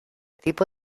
tipo